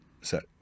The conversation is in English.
set